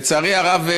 לצערי הרב,